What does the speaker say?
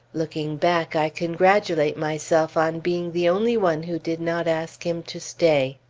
looking back, i congratulate myself on being the only one who did not ask him to stay.